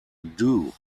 dew